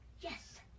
Yes